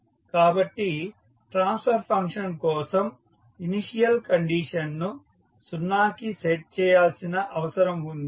కాబట్టి transfer function కోసం initial కండిషన్ను 0 కి సెట్ చేయాల్సిన అవసరం ఉంది